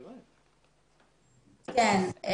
כן.